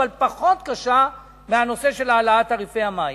אבל פחות קשה מהנושא של העלאת תעריפי המים.